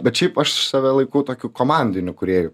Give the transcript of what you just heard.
bet šiaip aš save laikau tokiu komandiniu kūrėju